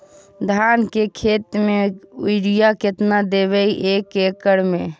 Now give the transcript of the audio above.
धान के खेत में युरिया केतना देबै एक एकड़ में?